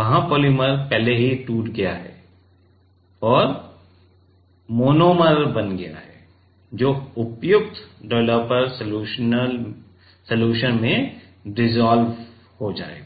वहां पोलिमर पहले ही टूट गया है और मोनोमर बन गया है जो उपयुक्त डेवलपर सलूशन में डिसॉल्व हो जाएगा